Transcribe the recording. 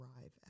arrive